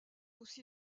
aussi